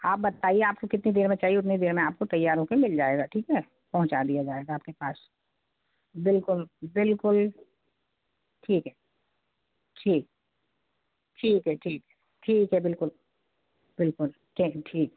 आप बताइए आपको कितनी देर में चाहिए उतनी देर में आपको तैयार हो के मिल जाएगा ठीक है पहुंचा दिया जाएगा आपके पास बिल्कुल बिल्कुल ठीक है ठीक ठीक है ठीक ठीक है बिल्कुल बिल्कुल चलिए ठीक है